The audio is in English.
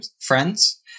Friends